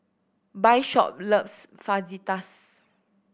Bishop loves Fajitas